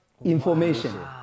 information